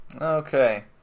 Okay